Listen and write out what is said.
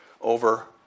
over